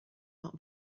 not